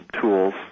tools